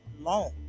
long